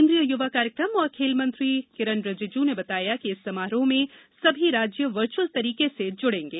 केन्द्रीय युवा कार्यक्रम और खेल मंत्री किरन रिजिजु ने बताया कि इस समारोह में सभी राज्य वर्चुअल तरीके से जुड़ेगे